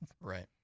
right